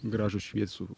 gražų šviesų